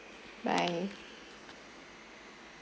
bye